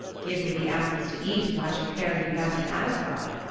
give me the apples to eat, and i shall carry you back to asgard.